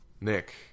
Nick